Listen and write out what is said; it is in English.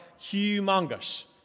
humongous